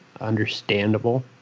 understandable